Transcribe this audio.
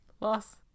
loss